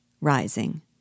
rising